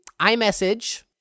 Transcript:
iMessage